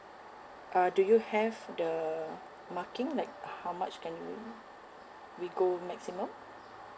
uh do you have the marking like how much can we we go maximum